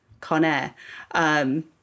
Conair